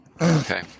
Okay